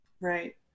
Right